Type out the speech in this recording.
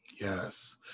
Yes